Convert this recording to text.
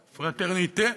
Fraternite',